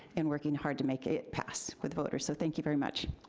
in working hard to make it pass with voters. so thank you very much.